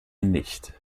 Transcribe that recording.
nicht